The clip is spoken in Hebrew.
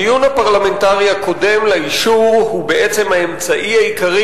הדיון הפרלמנטרי הקודם לאישור הוא בעצם האמצעי העיקרי